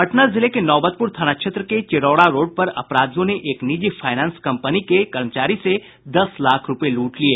पटना जिले के नौबतपुर थाना क्षेत्र के चिरौड़ा रोड पर अपराधियों ने एक निजी फाईनेंस कंपनी के कर्मचारी से दस लाख रूपये लूट लिये